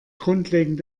grundlegend